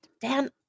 Dan